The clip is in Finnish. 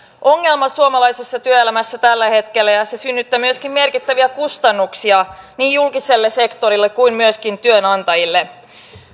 ongelma suomalaisessa työelämässä tällä hetkellä ja ja se synnyttää myöskin merkittäviä kustannuksia niin julkiselle sektorille kuin myöskin työnantajille